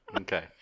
Okay